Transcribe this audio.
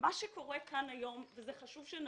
שקורה כאן היום, חשוב שנבין,